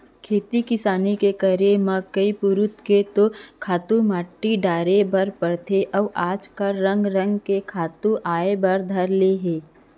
खेती किसानी के करब म कई पुरूत के तो खातू माटी डारे बर परथे अउ आज काल रंग रंग के खातू आय बर धर ले हे